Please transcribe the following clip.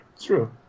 true